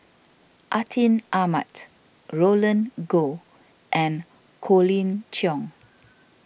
Atin Amat Roland Goh and Colin Cheong